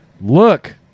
look